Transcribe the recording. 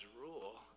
rule